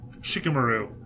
Shikamaru